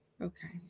Okay